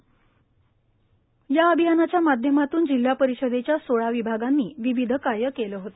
पंचायत राज अभियानाच्या माध्यमातून जिल्हा परिषदेच्या च्या सोळा विभागाने विविध कार्य केले होते